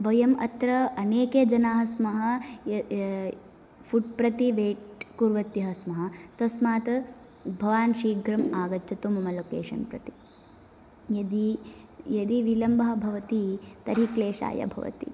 वयम् अत्र अनेके जनाः स्मः फुड् प्रति वेय्ट् कुर्वत्यः स्मः तस्मात् भवान् शीघ्रम् आगच्छतु मम लोकेशन् प्रति यदि यदि विलम्बः भवति तर्हि क्लेषाय भवति